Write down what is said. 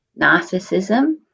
narcissism